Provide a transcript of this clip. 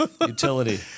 Utility